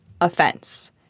offense